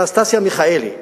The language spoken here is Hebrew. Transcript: אנסטסיה מיכאלי,